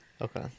Okay